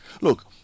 Look